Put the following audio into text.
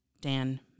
Dan